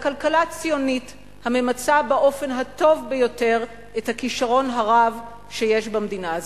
כלכלה ציונית הממצה באופן הטוב ביותר את הכשרון הרב שיש במדינה הזאת.